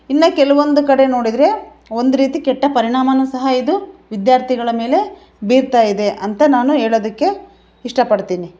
ಇನ್ನೂ ಕೆಲವೊಂದು ಕಡೆ ನೋಡಿದರೆ ಒಂದ್ರೀತಿ ಕೆಟ್ಟ ಪರಿಣಾಮವೂ ಸಹಾ ಇದು ವಿದ್ಯಾರ್ಥಿಗಳ ಮೇಲೆ ಬೀರ್ತಾಯಿದೆ ಅಂತ ನಾನು ಹೇಳೋದಕ್ಕೆ ಇಷ್ಟಪಡ್ತೀನಿ